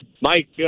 Mike